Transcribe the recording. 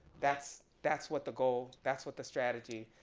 that's that's what the goal, that's what the strategy,